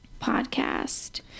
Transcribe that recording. podcast